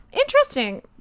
Interesting